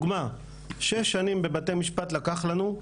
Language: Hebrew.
לדוגמה, שש שנים בבתי המשפט לקח לנו,